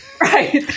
Right